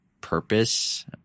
purpose